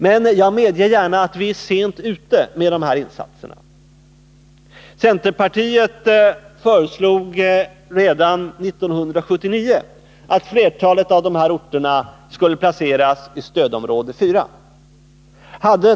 Men jag medger gärna att vi är sent ute med de här insatserna. Centerpartiet föreslog redan 1979 att flertalet av dessa orter skulle placeras i stödområde 4.